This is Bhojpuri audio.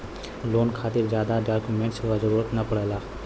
लोन खातिर जादा डॉक्यूमेंट क जरुरत न पड़ेला